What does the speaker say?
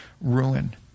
ruin